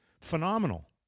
phenomenal